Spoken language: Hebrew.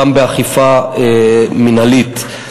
גם באכיפה מינהלית.